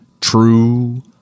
True